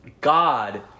God